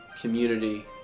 community